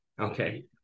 Okay